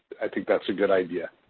i think that's a good idea.